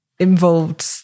involved